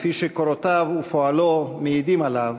כפי שקורותיו ופועלו מעידים עליו,